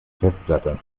festplatte